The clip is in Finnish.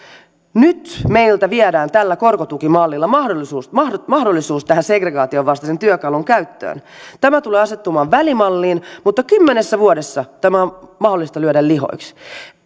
nyt meiltä viedään tällä korkotukimallilla mahdollisuus tähän segregaation vastaisen työkalun käyttöön tämä tulee asettumaan välimalliin mutta kymmenessä vuodessa tämä on mahdollista lyödä lihoiksi